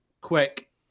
quick